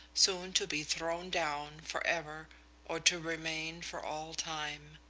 soon to be thrown down for ever or to remain for all time.